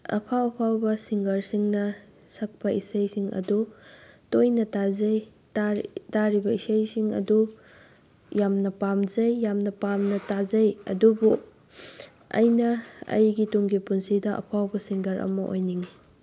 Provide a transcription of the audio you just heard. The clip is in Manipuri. ꯑꯐꯥꯎ ꯑꯐꯥꯎꯕ ꯁꯤꯡꯒꯔꯁꯤꯡꯅ ꯁꯛꯄ ꯏꯁꯩꯁꯤꯡ ꯑꯗꯨ ꯇꯣꯏꯅ ꯇꯥꯖꯩ ꯇꯥꯔꯤꯕ ꯏꯁꯩꯁꯤꯡ ꯑꯗꯨ ꯌꯥꯝꯅ ꯄꯥꯝꯖꯩ ꯌꯥꯝꯅ ꯄꯥꯝꯅ ꯇꯥꯖꯩ ꯑꯗꯨꯕꯨ ꯑꯩꯅ ꯑꯩꯒꯤ ꯇꯨꯡꯒꯤ ꯄꯨꯟꯁꯤꯗ ꯑꯐꯥꯎꯕ ꯁꯤꯡꯒꯔ ꯑꯃ ꯑꯣꯏꯅꯤꯡꯉꯤ